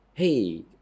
hey